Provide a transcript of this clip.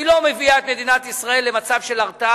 היא לא מביאה את מדינת ישראל למצב של הרתעה.